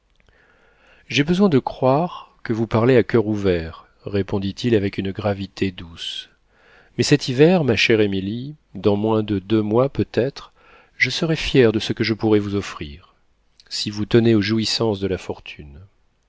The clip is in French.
j'ai besoin de croire que vous parlez à coeur ouvert répondit-il avec une gravité douce mais cet hiver ma chère émilie dans moins de deux mois peut-être je serai fier de ce que je pourrai vous offrir si vous tenez aux jouissances de la fortune